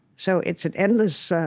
so it's an endless,